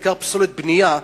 בעיקר פסולת בנייה.